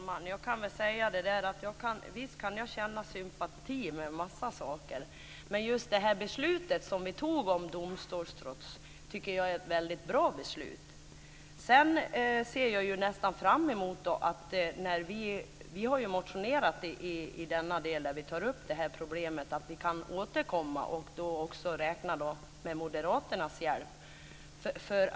Fru talman! Visst kan jag känna sympati med en massa saker. Men jag tycker att beslutet som vi fattade om domstolstrots är ett väldigt bra beslut. Vi har väckt motioner där vi tar upp det här problemet, och jag ser fram emot att vi kan återkomma och då räkna med moderaternas hjälp.